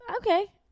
Okay